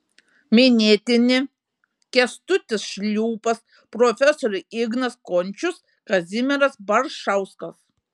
minėtini kęstutis šliūpas profesoriai ignas končius kazimieras baršauskas